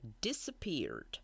disappeared